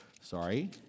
sorry